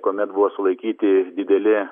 kuomet buvo sulaikyti dideli